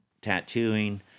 tattooing